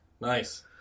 Nice